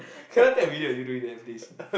can I take a video of you doing that please